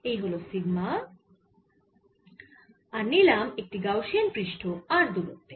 এই হল সিগমা আর নিলাম একটি গাউসিয়ান পৃষ্ঠ r দূরত্বে